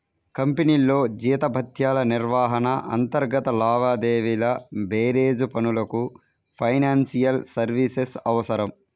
కంపెనీల్లో జీతభత్యాల నిర్వహణ, అంతర్గత లావాదేవీల బేరీజు పనులకు ఫైనాన్షియల్ సర్వీసెస్ అవసరం